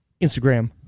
Instagram